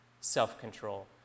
self-control